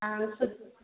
ꯑꯥ ꯁꯨꯠ